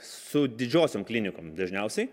su didžiosiom klinikom dažniausiai